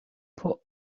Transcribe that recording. put